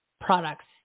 products